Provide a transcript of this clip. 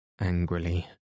angrily